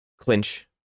clinch